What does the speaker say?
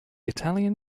italian